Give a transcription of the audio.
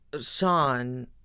Sean